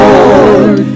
Lord